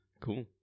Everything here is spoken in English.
Cool